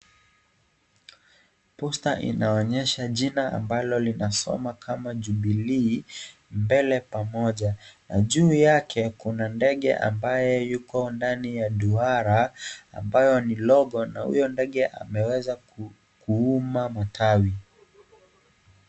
Posta inaoyesha jina ambalo linasoma kama jubilee ,mbele pamoja na juu yake kuna ndege ambaye yuko ndani ya duara ambayo ni logo na huyo ndege ameweza kuuma matawi.